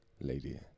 lady